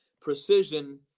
precision